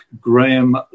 Graham